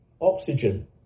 oxygen